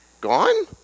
gone